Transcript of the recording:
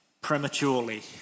prematurely